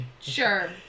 Sure